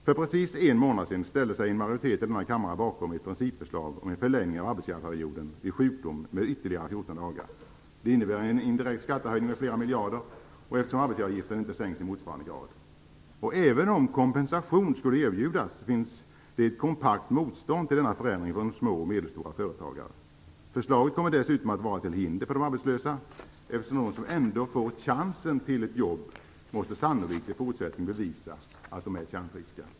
För precis en månad sedan ställde sig en majoritet i denna kammare bakom ett principförslag om en förlängning av arbetsgivarperioden vid sjukdom med ytterligare 14 dagar. Det innebär en indirekt skattehöjning med flera miljarder kronor eftersom arbetsgivaravgiften inte sänks i motsvarande grad. Även om kompensation skulle erbjudas finns det ett kompakt motstånd till denna förändring från små och medelstora företagare. Förslaget kommer dessutom att vara till hinder för de arbetslösa, eftersom de som ändå får chansen till ett jobb sannolikt i fortsättningen måste bevisa att de är kärnfriska.